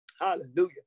Hallelujah